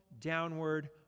downward